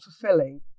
fulfilling